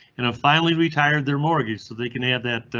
and i finally retired their mortgage so they can add that.